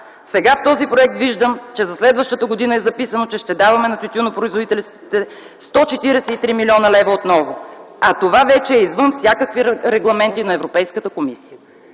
„Сега в този проект виждам, че за следващата година е записано, че ще даваме на тютюнопроизводителите 143 млн. лв. отново, а това вече е извън всякакви регламенти на Европейската комисия.”